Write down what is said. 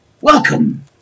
Welcome